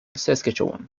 saskatchewan